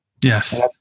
Yes